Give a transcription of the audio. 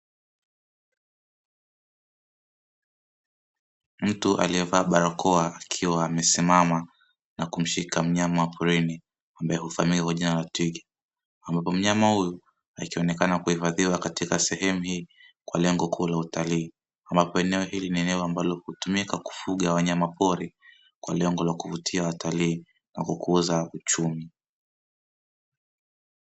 Mtu aliyevaa barakoa akiwa amesimama na kumshika myama wa porini ambaye hufahamika kwa jina la twiga, ambapo mnyama huyu akionekana kuhifadhiwa katika sehemu hii kwa lengo kuu la utalii, ambapo eneo hili ni eneo ambalo hutumika kufuga wanyamapori kwa lengo la kuvutia watalii na kukuza uchumi.